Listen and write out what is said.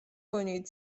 کنید